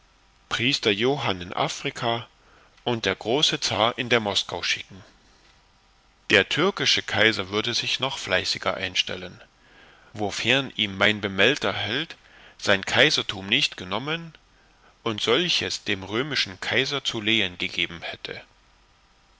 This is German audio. priester johann in afrika und der große zar in der moskau schicken der türkische kaiser würde sich noch fleißiger einstellen wofern ihm bemeldter held sein kaisertum nicht genommen und solches dem römischen kaiser zu lehen gegeben hätte